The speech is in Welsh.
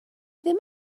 ddim